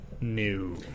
New